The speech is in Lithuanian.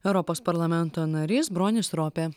europos parlamento narys bronis ropė